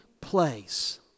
place